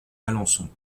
alençon